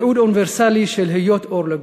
ייעוד אוניברסלי של היות אור לגויים.